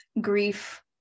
grief